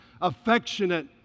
affectionate